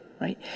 right